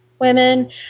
women